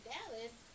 Dallas